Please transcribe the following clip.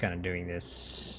and doing this